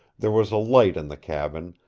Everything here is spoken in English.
there was a light in the cabin,